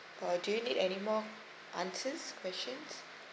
or do you need anymore answers questions